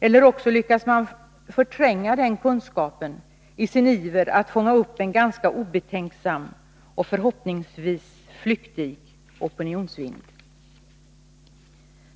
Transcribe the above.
Eller också lyckas man förtränga den kunskapen i sin iver att fånga upp en ganska obetänksam, förhoppningsvis flyktig, opinionsvind.